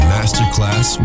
Masterclass